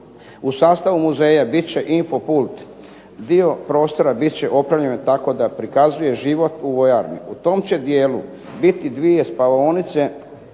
U sastavu muzeja bit će info pult. Dio prostora bit će opremljen tako da prikazuje život u vojarni. U tom će dijelu biti dvije spavaonice